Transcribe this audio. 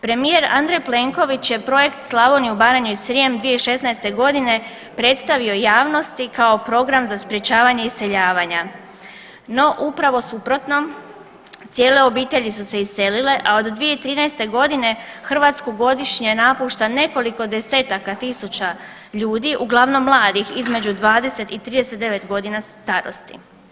Premijer Andrej Plenković je projekt Slavoniju, Baranju i Srijem 2016.g. predstavio javnosti kao program za sprečavanje iseljavanja, no upravo suprotno, cijele obitelji su se iselile, a od 2013.g. Hrvatsku godišnje napušta nekoliko desetaka tisuća ljudi, uglavnom mladih između 20 i 39 godina starosti.